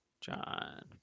John